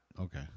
okay